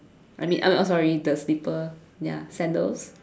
I mean I'm I'm sorry the slipper ya sandals